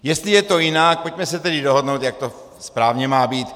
Jestli je to jinak, pojďme se tedy dohodnout, jak to správně má být.